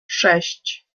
sześć